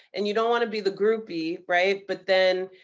and you don't want to be the groupie, right? but then,